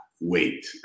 wait